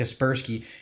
Kaspersky